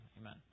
Amen